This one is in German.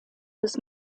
des